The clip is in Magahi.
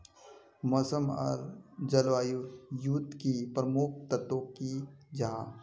मौसम आर जलवायु युत की प्रमुख तत्व की जाहा?